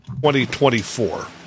2024